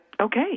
okay